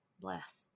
Bless